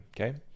okay